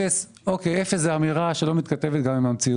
אפס זו אמירה שלא מתכתבת גם עם המציאות.